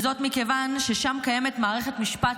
וזאת מכיוון ששם קיימת מערכת משפט